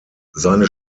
seine